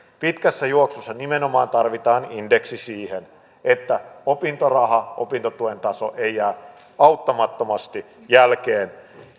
pitkässä juoksussa nimenomaan tarvitaan indeksi siihen että opintorahan ja opintotuen taso ei jää auttamattomasti jälkeen